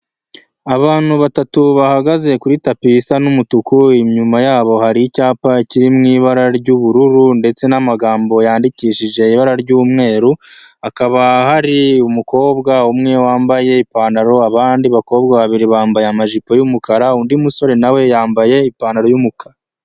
Abantu batatu bahagaze kuri tapi isa n'umutuku. Inyuma yabo hari icyapa kiri mu ibara ry'ubururu ndetse n'amagambo yandikishije ibara ry'umweru. Hakaba hari umukobwa umwe wambaye ipantaro abandi bakobwa babiri bambaye amajipo y'umukara, undi musore nawe yambaye ipantaro y'umukara.